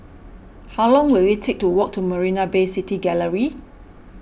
how long will it take to walk to Marina Bay City Gallery